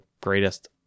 greatest